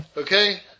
Okay